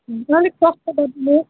अलिक सस्तो गरिदिनुहोस्